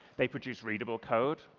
they produce readable code.